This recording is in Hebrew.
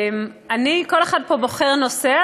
כל אחד פה בוחר נושא,